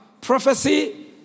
Prophecy